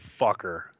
fucker